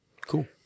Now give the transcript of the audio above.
Cool